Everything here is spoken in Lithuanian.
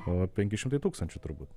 o penki šimtai tūkstančių turbūt